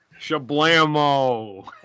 shablamo